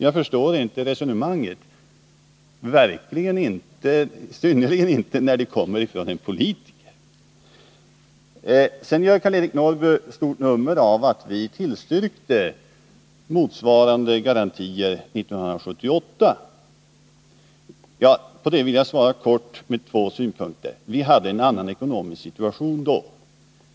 Jag förstår inte resonemanget, i synnerhet inte när det kommer från en politiker. Karl-Eric Norrby gör ett stort nummer av att vi tillstyrkte motsvarande garantier 1978. På det vill jag kort svara med två synpunkter. Vi hade en annan ekonomisk situation då.